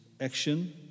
action